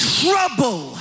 trouble